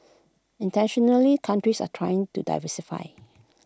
internationally countries are trying to diversify